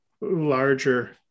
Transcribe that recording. larger